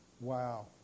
Wow